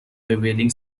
prevailing